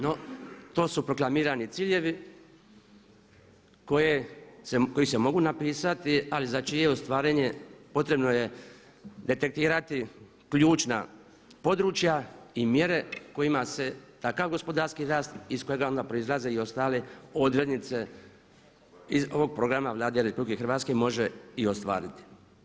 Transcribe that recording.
No, to su proklamirani ciljevi koji se mogu napisati ali za čije ostvarenje potrebno je detektirati ključna područja i mjere kojima se takav gospodarski rast iz kojega onda proizlaze i ostale odrednice iz ovog programa Vlade Republike Hrvatske može i ostvariti.